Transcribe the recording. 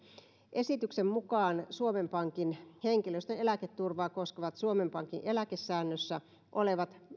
esityksen mukaan suomen pankin henkilöstön eläketurvaa koskevat suomen pankin eläkesäännössä olevat